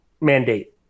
mandate